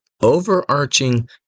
overarching